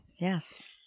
Yes